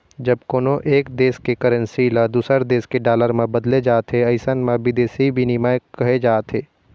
जब कोनो एक देस के करेंसी ल दूसर देस के डॉलर म बदले जाथे अइसन ल बिदेसी बिनिमय कहे जाथे